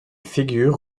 figure